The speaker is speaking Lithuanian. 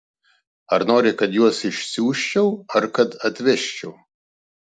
ar nori kad juos išsiųsčiau ar kad atvežčiau